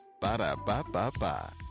Ba-da-ba-ba-ba